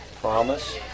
promise